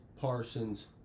Parsons